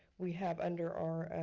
we have under our